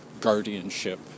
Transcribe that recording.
guardianship